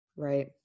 Right